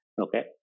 Okay